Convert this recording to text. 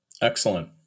Excellent